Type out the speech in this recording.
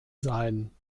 sein